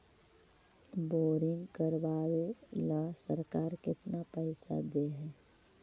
Boring करबाबे ल सरकार केतना पैसा दे है?